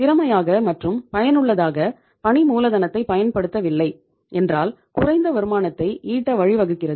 திறமையாக மற்றும் பயனுள்ளதாக பணி மூலதனத்தைப் பயன்படுத்தவில்லை என்றால் குறைந்த வருமானத்தை ஈட்ட வழிவகுக்கிறது